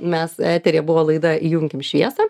mes eteryje buvo laida įjunkim šviesą